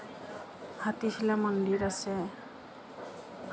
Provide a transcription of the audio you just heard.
হাতীশিলা মন্দিৰ আছে